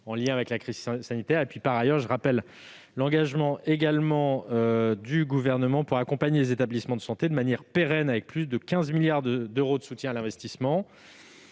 en lien avec la crise sanitaire. Ensuite, je rappelle l'engagement du Gouvernement d'accompagner les établissements de santé de manière pérenne, avec plus de 15 milliards d'euros de soutien à l'investissement